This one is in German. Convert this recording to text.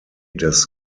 des